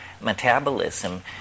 metabolism